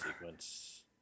sequence